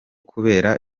kubera